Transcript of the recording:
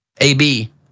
AB